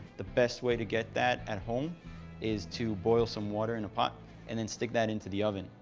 the best way to get that at home is to boil some water in a pot and then stick that into the oven,